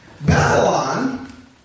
Babylon